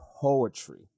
poetry